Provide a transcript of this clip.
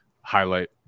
highlight